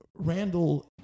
Randall